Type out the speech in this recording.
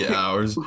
hours